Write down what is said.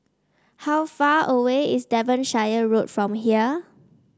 how far away is Devonshire Road from here